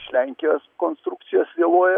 iš lenkijos konstrukcijos vėluoja